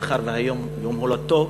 מאחר שהיום יום הולדתו,